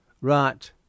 right